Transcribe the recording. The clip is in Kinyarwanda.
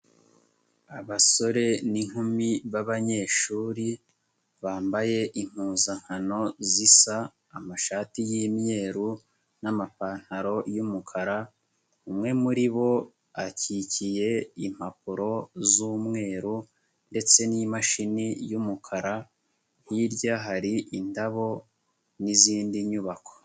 Abasore n'inkumi b'abanyeshuri bambaye impuzankano zisa amashati y'imyeru n'amapantaro y'umukara, umwe muri bo akikiye impapuro z'umweru ndetse n'imashini y'umukara, hirya hari indabo n'izindi nyubako.